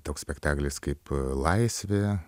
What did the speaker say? toks spektaklis kaip laisvė